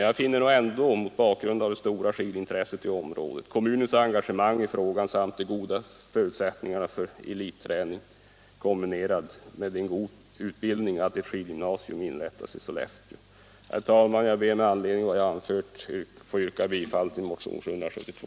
Jag finner ändå, mot bakgrund av det stora skidintresset i området, kommunens engagemang i frågan samt de goda förutsättningarna för elitträning, kombinerad med god utbildning, att ett skidgymnasium bör inrättas i Sollefteå. Herr talman! Jag ber med anledning av vad jag anfört att få yrka bifall till motionen 772.